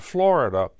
Florida